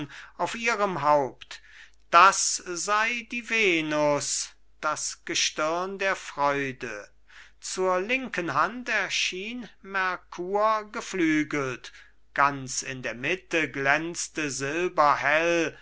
auf ihrem haupt das sei die venus das gestirn der freude zur linken hand erschien merkur geflügelt ganz in der mitte glänzte silberhell